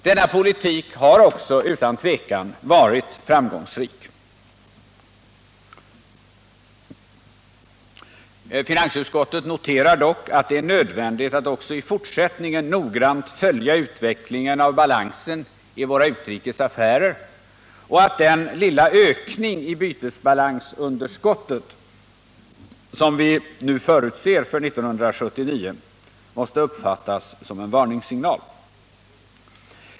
Denna politik har också tveklöst varit framgångsrik. Finansutskottet noterar dock att det är nödvändigt att också i fortsättningen noggrant följa utvecklingen av balansen i våra utrikes affärer och att den lilla ökning i bytesbalansunderskottet som vi förutser för 1979 alltjämt måste uppfattas som en varningssignal.